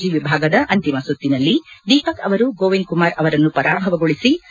G ವಿಭಾಗದ ಅಂತಿಮ ಸುತ್ತಿನಲ್ಲಿ ದೀಪಕ್ ಅವರು ಗೋವಿಂದ್ ಕುಮಾರ್ ಅವರನ್ನು ಪರಾಭವಗೊಳಿಸಿದ್ಲು